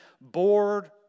bored